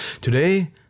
Today